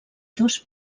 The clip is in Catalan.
dos